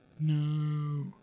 No